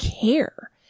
care